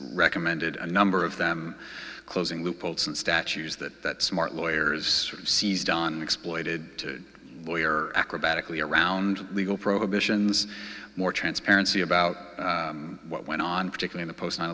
recommended a number of them closing loopholes and statues that smart lawyers seized on exploited lawyer acrobatically around legal prohibitions more transparency about what went on particular in the post nine